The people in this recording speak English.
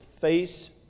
face